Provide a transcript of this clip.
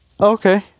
okay